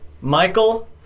Michael